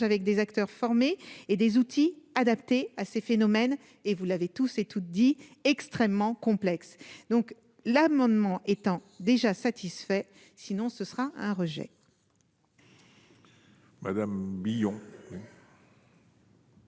avec des acteurs formés et des outils adaptés à ces phénomènes et vous l'avez tous ces tous dit extrêmement complexe, donc l'amendement étant déjà satisfait, sinon ce sera un rejet. Madame Billon.